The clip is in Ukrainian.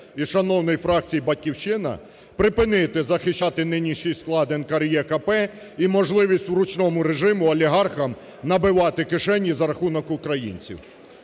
із шановної фракції "Батьківщина" припинити захищати нинішній склад НКРЕКП і можливість в ручному режимі олігархам набивати кишені за рахунок українців.